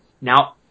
now